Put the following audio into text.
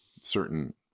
certain